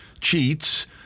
cheats